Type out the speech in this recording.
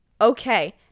okay